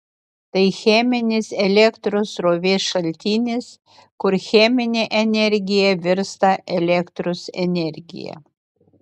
tai cheminis elektros srovės šaltinis kur cheminė energija virsta elektros energija